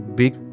big